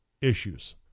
issues